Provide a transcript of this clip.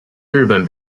日本